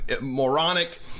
moronic